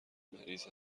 مریض